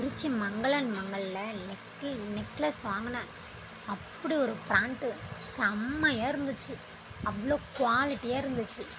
திருச்சி மங்களன் மங்களில் நெக்லஸ் வாங்குனேன் அப்படி ஒரு பிராண்ட்டு செம்மையாக இருந்துச்சு அவ்வளோ குவாலிட்டியாக இருந்துச்சு